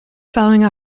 following